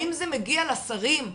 האם זה מגיע לשרים?